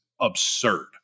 absurd